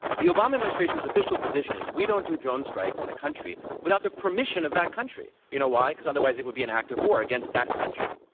the obama administration's official position is we don't do drone strikes in a country without the permission of that country. you know why? because otherwise it would be an act of war against that country.